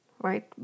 right